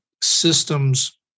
systems